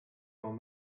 old